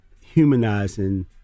humanizing